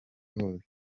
hose